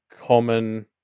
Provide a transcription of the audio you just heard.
common